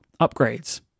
upgrades